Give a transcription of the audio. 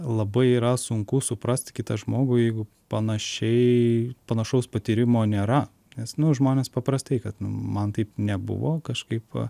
labai yra sunku suprast kitą žmogų jeigu panašiai panašaus patyrimo nėra nes nu žmonės paprastai kad nu man taip nebuvo kažkaip